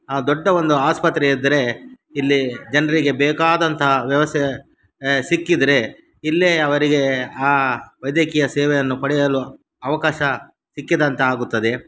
ಆ ದೊಡ್ಡ ಒಂದು ಆಸ್ಪತ್ರೆ ಇದ್ದರೆ ಇಲ್ಲಿ ಜನರಿಗೆ ಬೇಕಾದಂತಹ ವ್ಯವಸ್ಥೆ ಸಿಕ್ಕಿದರೆ ಇಲ್ಲೇ ಅವರಿಗೆ ಆ ವೈದ್ಯಕೀಯ ಸೇವೆಯನ್ನು ಪಡೆಯಲು ಅವಕಾಶ ಸಿಕ್ಕಿದಂತಾಗುತ್ತದೆ